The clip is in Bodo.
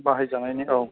बाहायजानायनि औ